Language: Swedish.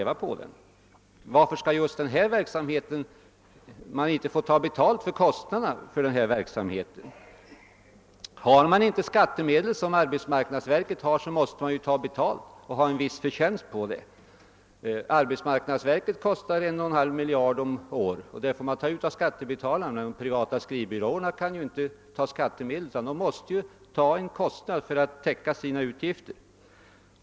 Varför skall man inte få ta betalt för kostnaderna just för den här verksamheten? Har man inte skattemedel som arbetsmarknadsverket har, måste man ta beta!t och få en viss förtjänst. Arbetsmarknadsverket kostar en och en halv miljard om året, och det får man ta ut av skattemedel. De privata skrivbyråerna har inga skattemedel att tillgå, utan de måste ta ut en avgift för att täcka sina kostnader.